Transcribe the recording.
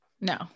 no